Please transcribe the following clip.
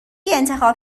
انتخاب